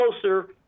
closer